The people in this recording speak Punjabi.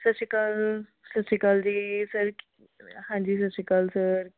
ਸਤਿ ਸ਼੍ਰੀ ਅਕਾਲ ਸਤਿ ਸ਼੍ਰੀ ਅਕਾਲ ਜੀ ਸਰ ਹਾਂਜੀ ਸਤਿ ਸ਼੍ਰੀ ਅਕਾਲ ਸਰ